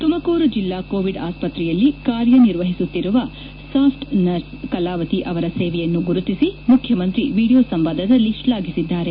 ತುಮಕೂರು ಜಿಲ್ಲಾ ಕೋವಿಡ್ ಆಸ್ತ್ರೆಯಲ್ಲಿ ಕಾರ್ಯನಿರ್ವಹಿಸುತ್ತಿರುವ ಸ್ಲಾಫ್ ನರ್ಸ್ ಕಲಾವತಿ ಅವರ ಸೇವೆಯನ್ನು ಗುರುತಿಸಿ ಮುಖ್ಯಮಂತ್ರಿ ವಿಡಿಯೋ ಸಂವಾದಲ್ಲಿ ಶ್ಲಾಘಿಸಿದ್ದಾರೆ